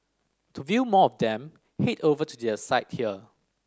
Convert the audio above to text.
to view more of them head over to their site here